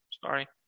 Sorry